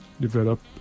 develop